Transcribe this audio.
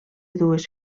dues